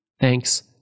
Thanks